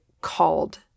called